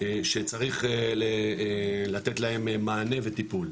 שצריך לתת להם מענה וטיפול.